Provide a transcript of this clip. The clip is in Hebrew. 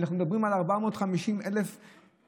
אנחנו מדברים על 450,000 מאומתים.